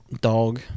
dog